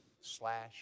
slash